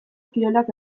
kirolak